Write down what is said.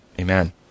Amen